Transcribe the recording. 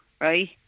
right